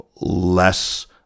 less